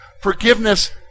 forgiveness